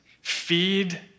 feed